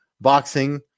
boxing